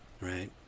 right